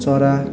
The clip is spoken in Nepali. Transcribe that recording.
चरा